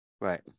Right